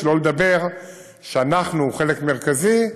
שלא לדבר שאנחנו חלק מרכזי,